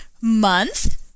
month